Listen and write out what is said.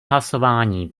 hlasování